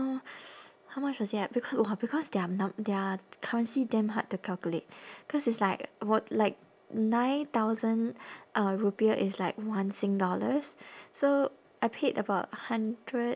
uh how much was it ah because !wah! because their mo~ their currency damn hard to calculate cause it's like what like nine thousand uh rupiah is like one sing dollars so I paid about hundred